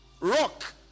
rock